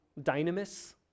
dynamis